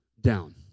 down